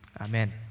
Amen